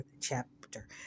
chapter